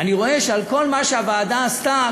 אני רואה שעל כל מה שהוועדה עשתה,